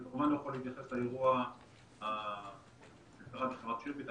אני כמובן לא יכול להתייחס לאירוע שקרה בחברת שירביט.